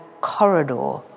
corridor